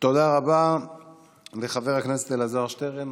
תודה רבה לחבר כנסת אלעזר שטרן.